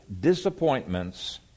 disappointments